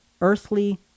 earthly